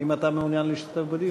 אם אתה מעוניין להשתתף בדיון.